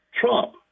Trump